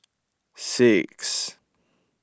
six